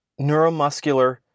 neuromuscular